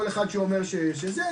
כל אחד שאומר שזה,